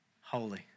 holy